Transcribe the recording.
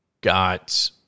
got